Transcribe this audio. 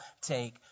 take